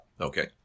Okay